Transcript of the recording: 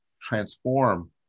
transform